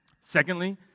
Secondly